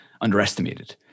underestimated